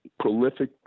prolific